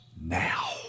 now